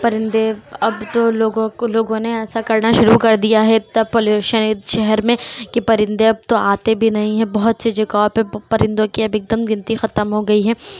پرندے اب تو لوگوں کو لوگوں نے ایسا کرنا شروع کر دیا ہے تب پالوشن اس شہر میں کہ پرندے اب تو آتے بھی نہیں ہیں بہت سی جگہوں پہ پرندوں کی اب ایک دم گنتی ختم ہوگئی ہے